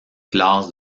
classes